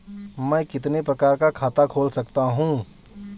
मैं कितने प्रकार का खाता खोल सकता हूँ?